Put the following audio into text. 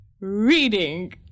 reading